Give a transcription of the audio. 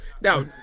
Now